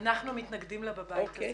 אנחנו מתנגדים לה בבית הזה.